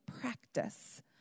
practice